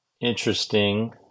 interesting